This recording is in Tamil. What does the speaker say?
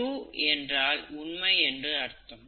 யூ என்றால் உண்மை என்று அர்த்தம்